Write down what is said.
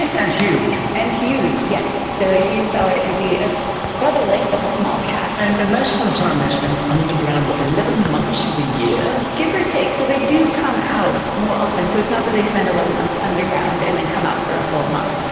and huge. and huge, yes. so if you saw it, it would be ah about the length of a small cat. and but most of the time they spend underground, what, eleven months of the year? give or take. so they do come out more often, so it's not that they spend eleven months underground and then come out for a full month,